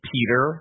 Peter